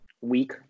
Week